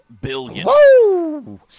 billion